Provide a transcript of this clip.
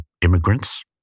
immigrants